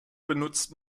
benutzt